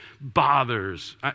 bothers